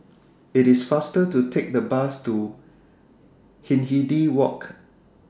IT IS faster to Take The Bus to Hindhede Walk